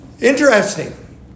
Interesting